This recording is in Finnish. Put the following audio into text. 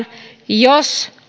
jos